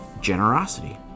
generosity